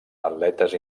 atletes